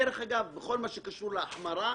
דרך אגב, בכל מה שקשור להחמרה,